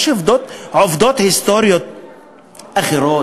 יש עובדות היסטוריות אחרות.